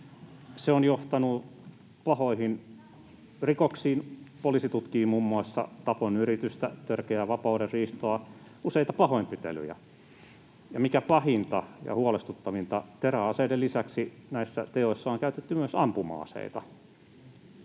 ovat johtaneet pahoihin rikoksiin. Poliisi tutkii muun muassa tapon yritystä, törkeää vapaudenriistoa, useita pahoinpitelyjä, ja mikä pahinta ja huolestuttavinta, teräaseiden lisäksi näissä teoissa on käytetty myös ampuma-aseita.